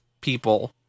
people